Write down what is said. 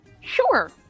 sure